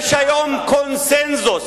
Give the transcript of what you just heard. יש היום קונסנזוס